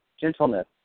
gentleness